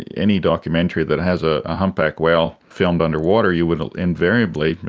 any documentary that has a humpback whale filmed underwater, you will invariably,